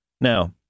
Now